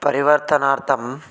परिवर्तनार्थम्